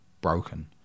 broken